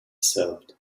sobbed